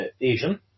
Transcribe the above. Asian